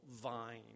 vine